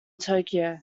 tokyo